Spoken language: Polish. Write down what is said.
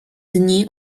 dni